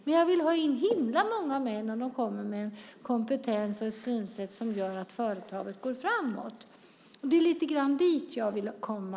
Men jag vill ha in himla många män om de kommer med en kompetens och ett synsätt som gör att företaget går framåt. Det är lite grann dit jag vill komma.